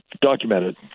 documented